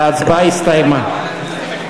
ההצבעה הסתיימה.